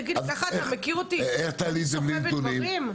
ככה אתה מכיר אותי כסוחבת דברים?